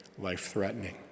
life-threatening